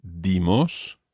dimos